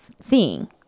seeing